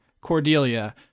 Cordelia